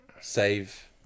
Save